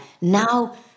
Now